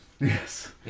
Yes